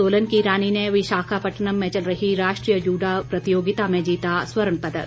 सोलन की रानी ने विशाखापटनम में चल रही राष्ट्रीय जूडो प्रतियोगिता में जीता स्वर्ण और पदक